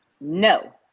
No